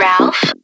Ralph